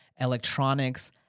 electronics